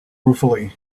ruefully